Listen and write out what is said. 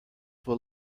will